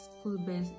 school-based